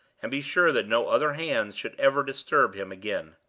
and be sure that no other hands should ever disturb him again.